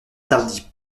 tardy